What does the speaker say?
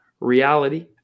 reality